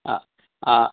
आ आ